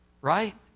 Right